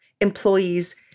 employee's